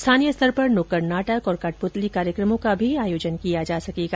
स्थानीय स्तर पर नुक्कड़ नाटक और कठपुतली कार्यक्रमों का भी आयोजन किया जा सकेगा